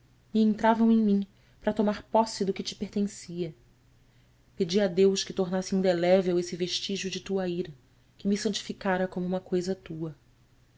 entravam em mim para tomar posse do que te pertencia pedi a deus que tornasse indelével esse vestígio de tua ira que me santificara como uma coisa tua